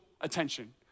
attention